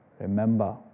Remember